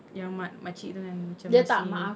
yang makcik tu kan macam masih